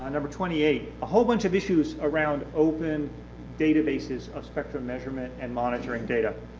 number twenty eight, a whole bunch of issues around open databases of spectrum measurement and monitoring data.